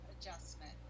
adjustment